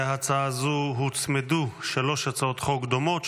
להצעה זו הוצמדו שלוש הצעות חוק דומות,